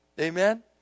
amen